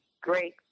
great